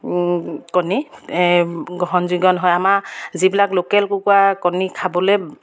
কণী গ্ৰহণযোগ্য নহয় আমাৰ যিবিলাক লোকেল কুকুৰা কণী খাবলৈ